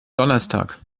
donnerstag